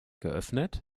geöffnet